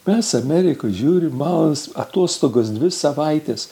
mes amerikoj žiūrim mažos atostogos dvi savaites